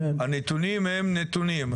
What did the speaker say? הנתונים הם נתונים.